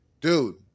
dude